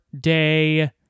Day